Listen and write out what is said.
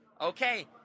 Okay